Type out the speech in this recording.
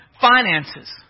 finances